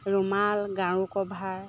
ৰুমাল গাৰুকভাৰ